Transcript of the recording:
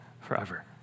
forever